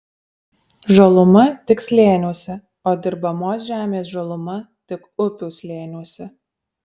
žaluma tik slėniuose o dirbamos žemės žaluma tik upių slėniuose